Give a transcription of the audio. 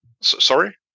sorry